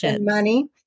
money